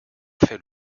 fait